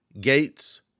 Gates